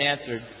answered